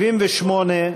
78,